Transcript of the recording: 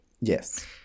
Yes